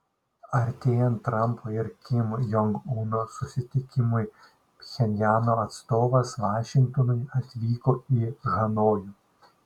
artėjant trampo ir kim jong uno susitikimui pchenjano atstovas vašingtonui atvyko į hanojų